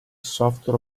software